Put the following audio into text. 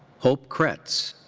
hope kretz.